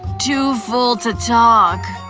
too full to talk.